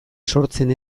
sortzen